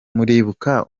muribuka